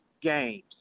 games